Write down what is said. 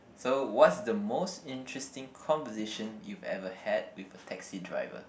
so what's the most interesting conversation you've ever had with a taxi driver